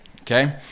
Okay